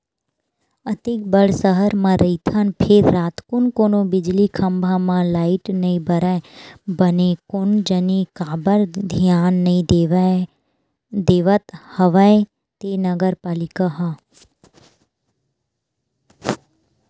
अतेक बड़ सहर म रहिथन फेर रातकुन कोनो बिजली खंभा म लाइट नइ बरय बने कोन जनी काबर धियान नइ देवत हवय ते नगर पालिका ह